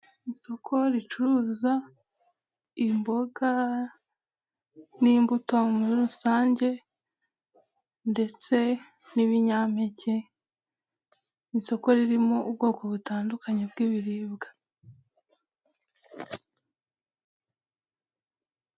Isoko ricuruza imboga n'imbuto muri rusange, ndetse n'ibinyampeke, isoko ririmo ubwoko butandukanye bw'ibiribwa.